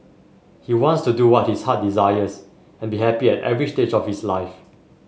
he wants to do what his heart desires and be happy at every stage of his life